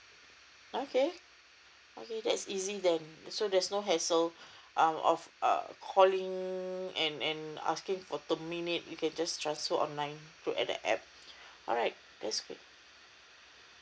okay okay that's easy then so there's no hassle um of calling and and asking for terminate you can just transfer online through at the app alright that's good